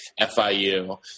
FIU